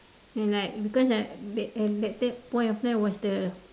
and like because like that at that point of time was the